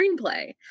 screenplay